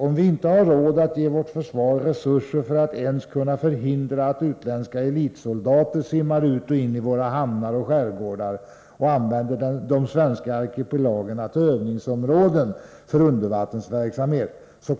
Om vi inte har råd att ge vårt försvar resurser för att ens kunna förhindra att utländska elitsoldater simmar ut och i våra hamnar och skärgårdar och använder de svenska arkipelagerna till övningsområden för undervattensverksamhet,